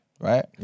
right